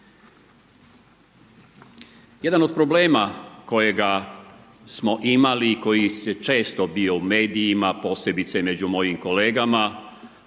Jedan od problema kojega smo imali i koji je često bio u medijima, posebice među mojim kolegama